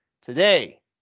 today